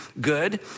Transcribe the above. good